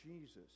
Jesus